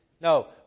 No